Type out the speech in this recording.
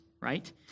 right